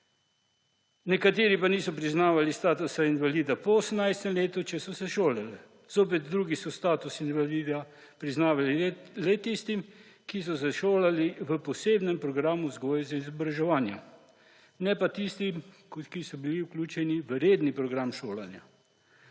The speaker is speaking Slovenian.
Nekateri pa niso priznavali statusa invalida po 18. letu, če so se šolali. Zopet drugi so status invalida priznavali le tistim, ki so se šolali v posebnem programu vzgoje in izobraževanja, ne pa tistim, ki so bili vključeni v redni program šolanja.